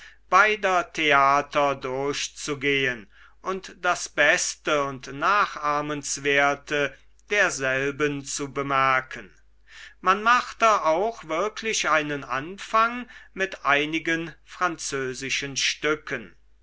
beider theater durchzugehen und das beste und nachahmenswerte derselben zu bemerken man machte auch wirklich einen anfang mit einigen französischen stücken